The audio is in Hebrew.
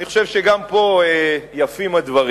אני חושב שגם פה יפים הדברים.